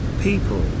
people